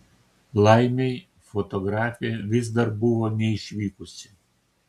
laimei fotografė vis dar buvo neišvykusi